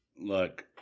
Look